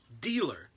dealer